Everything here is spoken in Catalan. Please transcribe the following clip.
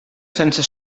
sense